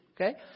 Okay